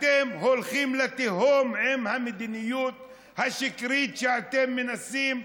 אתם הולכים לתהום עם המדיניות השקרית שאתם מנסים לבנות.